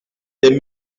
des